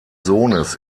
sohnes